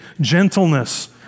gentleness